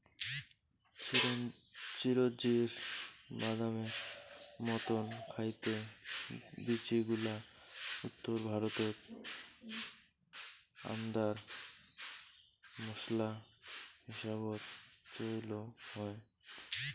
চিরোঞ্জির বাদামের মতন খাইতে বীচিগুলা উত্তর ভারতত আন্দার মোশলা হিসাবত চইল হয়